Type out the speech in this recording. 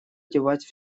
девать